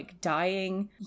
dying